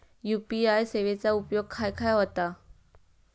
UPI सेवेचा उपयोग खाय खाय होता?